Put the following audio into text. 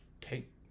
take